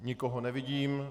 Nikoho nevidím.